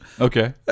Okay